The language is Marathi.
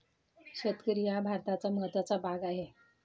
शेतकरी हा भारताचा महत्त्वाचा भाग आहे